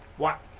what